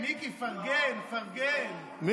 מיקי, פרגן, פרגן.